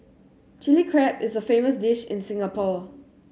Chilli Crab is a famous dish in Singapore